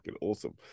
Awesome